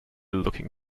looking